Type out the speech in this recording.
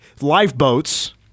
lifeboats